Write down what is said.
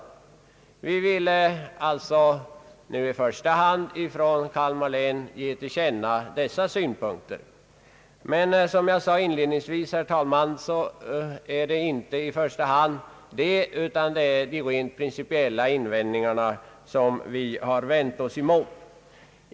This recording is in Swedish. Från Kalmar län vill vi således i första hand ge till känna dessa synpunkter. Som jag sade inledningsvis, herr talman, är det emellertid främst de rent principiella resonemangen som vi har vänt oss emot.